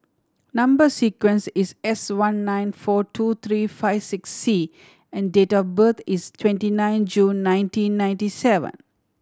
number sequence is S one nine four two three five six C and date of birth is twenty nine June nineteen ninety seven